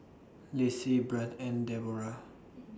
Lacy Brandt and Debora